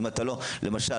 למשל,